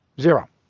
zero